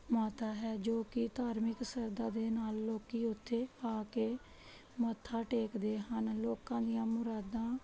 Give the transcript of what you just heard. ਮਾਤਾ ਹੈ ਜੋ ਕਿ ਧਾਰਮਿਕ ਸ਼ਰਧਾ ਦੇ ਨਾਲ ਲੋਕ ਉੱਥੇ ਆ ਕੇ ਮੱਥਾ ਟੇਕਦੇ ਹਨ ਲੋਕਾਂ ਦੀਆਂ ਮੁਰਾਦਾਂ